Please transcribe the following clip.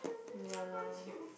ya lah